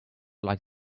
like